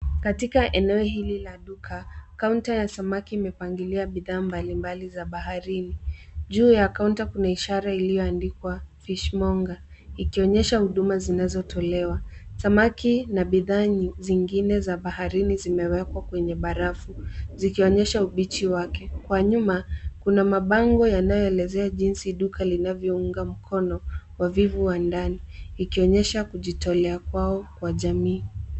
Katika eneo hili la duka kaunta ya samaki imepangilia bidhaa mbalimbali za baharini. Juu ya kaunti kuna ishara iliyoandikwa[ fishmonger], ikionyesha huduma zinazotolewa. Samaki na bidhaa zingine za baharini zimewekwa kwenye barafu zikionyesha ubichi wake. Kwa nyuma kuna mabango yanayoelezea jinsi duka linavyounga mkono wavuvi wa ndani, ikionyesha kujitolea kwao kwa jamii.